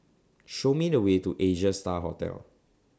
Show Me The Way to Asia STAR Hotel